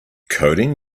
coding